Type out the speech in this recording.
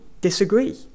disagree